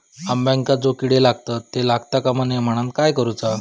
अंब्यांका जो किडे लागतत ते लागता कमा नये म्हनाण काय करूचा?